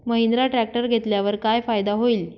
Mahindra tractor घेतल्यावर काय फायदा होईल?